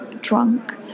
drunk